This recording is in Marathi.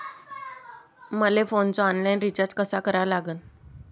मले फोनचा ऑनलाईन रिचार्ज कसा करा लागन?